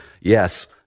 yes